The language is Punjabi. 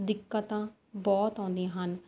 ਦਿੱਕਤਾਂ ਬਹੁਤ ਆਉਂਦੀਆਂ ਹਨ